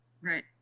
Right